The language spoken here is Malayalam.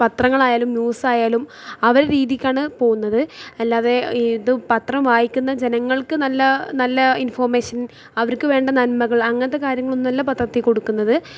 പത്രങ്ങളായാലും ന്യൂസായാലും അവരുടെ രീതിക്കാണ് പോകുന്നത് അല്ലാത്ത ഇത് പത്രം വായിക്കുന്ന ജനങ്ങൾക്ക് നല്ല നല്ല ഇൻഫോർമേഷൻ അവർക്ക് വേണ്ട നന്മകൾ അങ്ങനത്തെ കാര്യങ്ങളൊന്നുമില്ല പത്രത്തിൽ കൊടുക്കുന്നത്